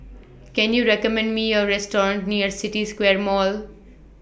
Can YOU recommend Me A Restaurant near City Square Mall